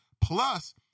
Plus